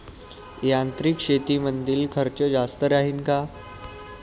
यांत्रिक शेतीमंदील खर्च जास्त राहीन का?